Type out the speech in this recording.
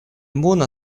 муна